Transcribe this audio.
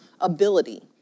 ability